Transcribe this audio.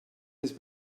miss